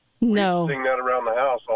no